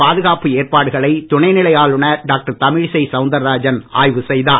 பாதுகாப்பு ஏற்பாடுகளை துணை நிலை ஆளுநர் டாக்டர் தமிழிசை சவுந்தர்ராஜன் ஆய்வு செய்தார்